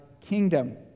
kingdom